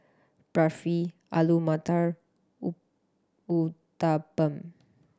Barfi Alu Matar U Uthapam